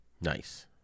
Nice